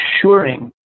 assuring